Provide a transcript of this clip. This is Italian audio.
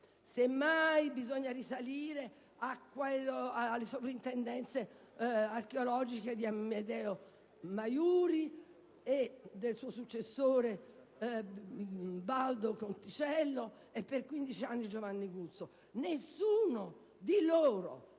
Semmai bisogna risalire alle soprintendenze archeologiche di Amedeo Maiuri, del suo successore Baldo Conticello, e per 15 anni di Giovanni Guzzo.